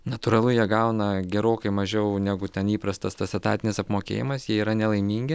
natūralu jie gauna gerokai mažiau negu ten įprastas tas etatinis apmokėjimas jie yra nelaimingi